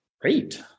great